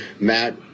Matt